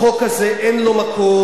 החוק הזה אין לו מקום,